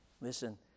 Listen